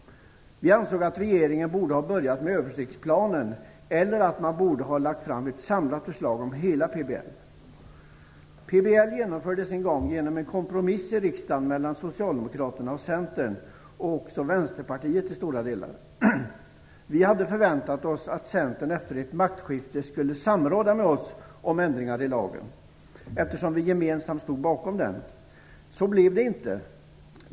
Vi ansåg att regeringen borde ha börjat med översiktsplanen eller lagt fram ett samlat förslag om hela PBL. PBL genomfördes en gång genom en kompromiss i riksdagen mellan Socialdemokraterna och Centern och till stora delar också Vänsterpartiet. Vi hade förväntat oss att Centern efter ett maktskifte skulle samråda med oss om ändringar i lagen, eftersom vi gemensamt stod bakom den. Så blev det inte.